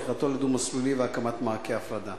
הפיכתו לדו-מסלולי והקמת מעקה הפרדה?